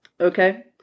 okay